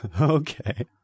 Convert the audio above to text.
Okay